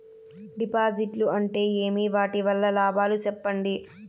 డిపాజిట్లు అంటే ఏమి? వాటి వల్ల లాభాలు సెప్పండి?